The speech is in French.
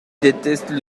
détestait